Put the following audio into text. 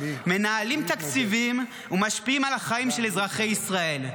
מנהלים תקציבים ומשפיעים על החיים של אזרחי ישראל.